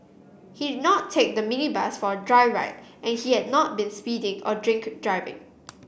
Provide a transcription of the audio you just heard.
he did not take the minibus for a joyride and he had not been speeding or drink driving